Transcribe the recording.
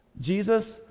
Jesus